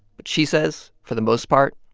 but she says for the most part,